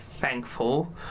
thankful